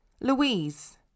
Louise